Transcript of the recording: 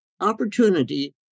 opportunity